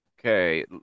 Okay